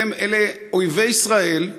אלה אויבי ישראל,